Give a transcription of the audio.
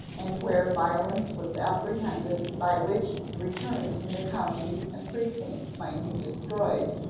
and where violence was apprehended by which the returns from the counties and precincts might be destroyed,